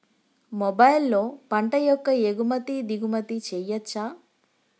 మొబైల్లో పంట యొక్క ఎగుమతి దిగుమతి చెయ్యచ్చా?